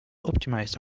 optimised